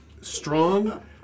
strong